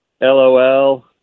LOL